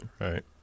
right